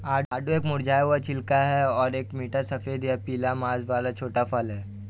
आड़ू एक मुरझाया हुआ छिलका और एक मीठा सफेद या पीला मांस वाला छोटा फल है